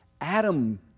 Adam